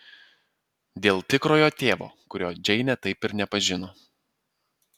dėl tikrojo tėvo kurio džeinė taip ir nepažino